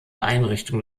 einrichtung